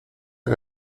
que